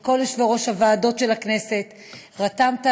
את כל יושבי-ראש הוועדות של הכנסת רתמת